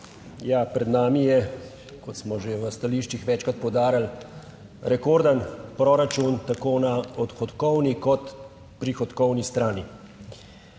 pred nami je, kot smo že v stališčih večkrat poudarili, rekorden proračun, tako na odhodkovni kot prihodkovni strani.